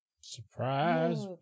Surprise